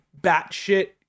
batshit